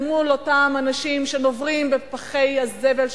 אל מול אותם אנשים שנוברים בפחי הזבל,